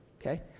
okay